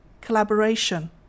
collaboration